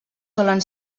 solen